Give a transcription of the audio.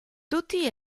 tutti